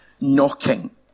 knocking